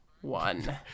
one